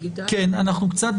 אנו בעקבות הערות הממשלה,